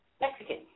Mexican